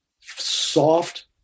soft